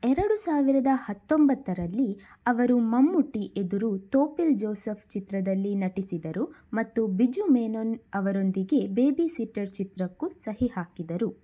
ಎರಡು ಸಾವಿರದ ಹತ್ತೊಂಬತ್ತರಲ್ಲಿ ಅವರು ಮಮ್ಮುಟ್ಟಿ ಎದುರು ತೋಪ್ಪಿಲ್ ಜೋಸೆಫ್ ಚಿತ್ರದಲ್ಲಿ ನಟಿಸಿದರು ಮತ್ತು ಬಿಜು ಮೆನೊನ್ ಅವರೊಂದಿಗೆ ಬೇಬಿಸಿಟ್ಟರ್ ಚಿತ್ರಕ್ಕೂ ಸಹಿ ಹಾಕಿದರು